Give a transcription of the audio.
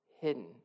hidden